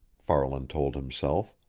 farland told himself.